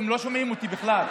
הם לא שומעים אותי בכלל.